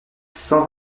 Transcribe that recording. sans